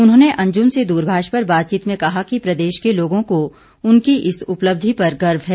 उन्होंने अंज़ुम से दूरभाष पर बातचीत में कहा कि प्रदेश के लोगों को उनकी इस उपलब्धि पर गर्व है